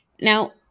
now